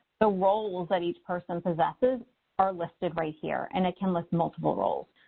the roles that each person possesses are listed right here, and it can list multiple roles.